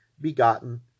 begotten